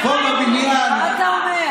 מה אתה אומר?